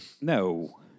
No